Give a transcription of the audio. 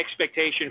expectation